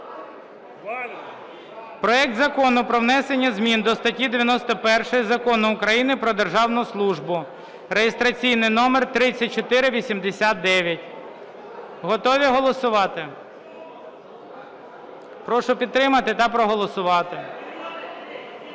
проект Закону про внесення змін до статті 91 Закону України "Про державну службу" (реєстраційний номер 3489). Готові голосувати? Прошу підтримати та проголосувати.